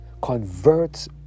converts